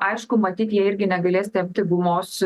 aišku matyt jie irgi negalės tempti gumos